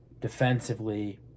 defensively